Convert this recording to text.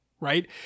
Right